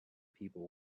people